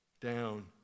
down